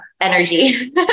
energy